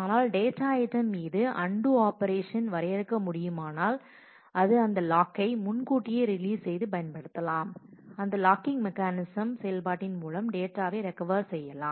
ஆனால் data item மீது undo operation வரையறுக்க முடியுமானால் அது அந்த லாகை முன்கூட்டியே ரிலீஸ் செய்து பயன்படுத்தலாம் அந்த லாக்கிங் மெக்கானிசம் செயல்பாட்டின் மூலம் டேட்டாவை ரெக்கவர் செய்யலாம்